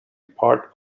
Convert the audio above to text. part